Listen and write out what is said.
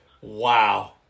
Wow